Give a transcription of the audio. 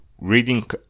reading